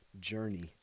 journey